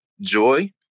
Joy